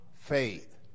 Faith